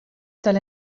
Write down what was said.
tal